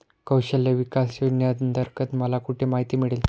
कौशल्य विकास योजनेअंतर्गत मला कुठे माहिती मिळेल?